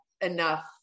enough